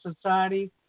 society